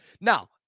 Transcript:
Now